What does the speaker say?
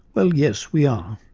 well, yes, we are,